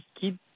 keep